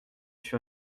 fuir